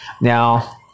now